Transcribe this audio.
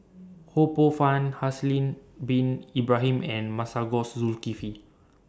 Ho Poh Fun Haslir Bin Ibrahim and Masagos Zulkifli